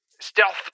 Stealth